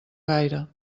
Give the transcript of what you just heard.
gaire